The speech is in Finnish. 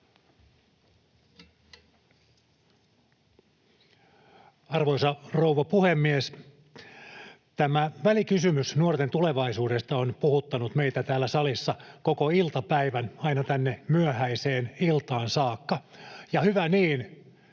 Arvoisa rouva puhemies! Tämä välikysymys nuorten tulevaisuudesta on puhuttanut meitä täällä salissa koko iltapäivän aina tänne myöhäiseen iltaan saakka, ja hyvä niin,